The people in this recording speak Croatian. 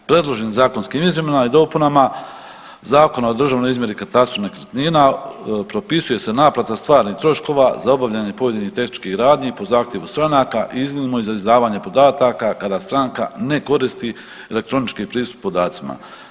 Predloženim zakonskim izmjenama i dopunama zakona o Zakona o državnoj izmjeri i katastru nekretnina propisuje se naplata stvarnih troškova za obavljanje pojedinih tehničkih radnji i po zahtjevu stranaka iznimno za izdavanje podataka kada stranka ne koristi elektronički pristup podacima.